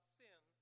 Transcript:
sin